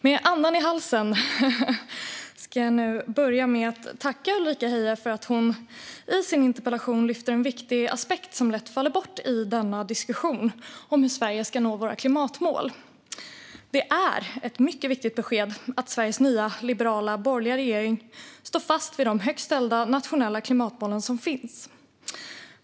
Med andan i halsen vill jag börja med att tacka Ulrika Heie för att hon i sin interpellation lyfter upp en viktig aspekt som lätt faller bort i denna diskussion om hur Sverige ska nå våra klimatmål. Det är ett mycket viktigt besked att Sveriges nya, liberala och borgerliga regering står fast vid de högt ställda nationella klimatmål som finns.